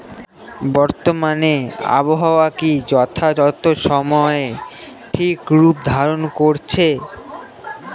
বর্তমানে আবহাওয়া কি যথাযথ সময়ে সঠিক রূপ ধারণ করছে?